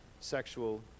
sexual